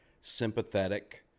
sympathetic